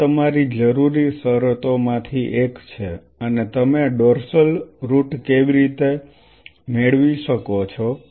આ તમારી જરૂરી શરતોમાંથી એક છે અને તમે ડોર્સલ રુટ કેવી રીતે મેળવી શકો છો